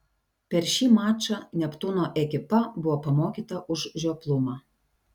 per šį mačą neptūno ekipa buvo pamokyta už žioplumą